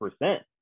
percent